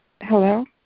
Hello